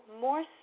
more